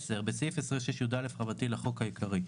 תיקון סעיף 26יא 10. בסעיף 26יא לחוק העיקרי,